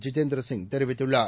ஜிதேந்திரசிங் தெரிவித்துள்ளார்